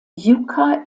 yucca